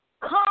Come